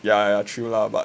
ya ya true lah but